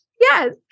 Yes